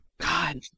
God